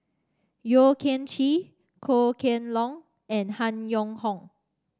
Yeo Kian Chye Goh Kheng Long and Han Yong Hong